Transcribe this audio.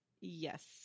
yes